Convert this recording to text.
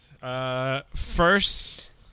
First